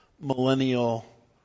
millennial